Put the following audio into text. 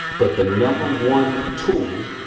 but the number one tool,